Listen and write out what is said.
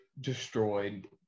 destroyed